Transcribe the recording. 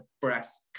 breast